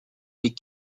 des